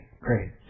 great